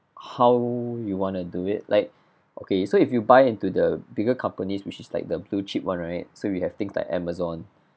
how you wanna do it like okay so if you buy into the bigger companies which is like the blue chip one right so you have things like Amazon